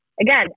again